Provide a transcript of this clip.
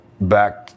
back